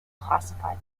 classified